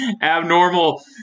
abnormal